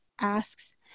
asks